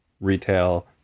retail